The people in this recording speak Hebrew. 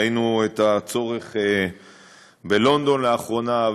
את הצורך בלונדון לאחרונה,